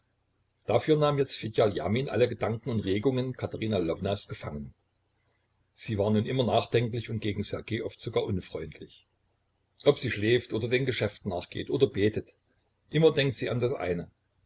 dafür nahm jetzt fedja ljamin alle gedanken und regungen katerina lwownas gefangen sie war nun immer nachdenklich und gegen ssergej oft sogar unfreundlich ob sie schläft oder den geschäften nachgeht oder betet immer denkt sie an das eine